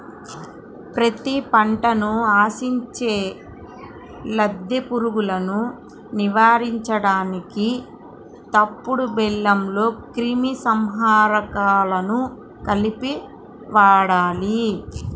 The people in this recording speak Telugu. పత్తి పంటను ఆశించే లద్దె పురుగులను నివారించడానికి తవుడు బెల్లంలో క్రిమి సంహారకాలను కలిపి వాడాలి